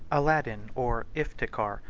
aladin, or iftikhar,